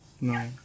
no